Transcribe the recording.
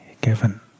given